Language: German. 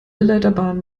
leiterbahnen